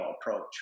approach